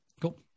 cool